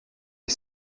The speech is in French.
est